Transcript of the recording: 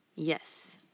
Yes